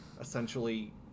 essentially